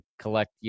collect